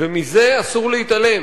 ומזה אסור להתעלם,